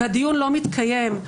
והדיון לא מתקיים.